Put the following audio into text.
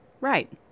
right